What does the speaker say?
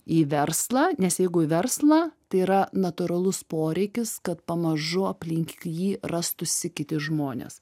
į verslą nes jeigu į verslą tai yra natūralus poreikis kad pamažu aplink jį rastųsi kiti žmonės